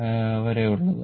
23 വരെ ആണ് ഉള്ളത്